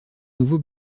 nouveaux